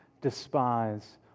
despise